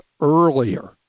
earlier